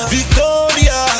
Victoria